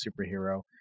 superhero